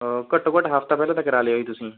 ਘੱਟੋਂ ਘੱਟ ਹਫਤਾ ਪਹਿਲਾਂ ਤਾਂ ਕਰਾ ਲਿਓ ਜੀ ਤੁਸੀਂ